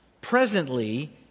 presently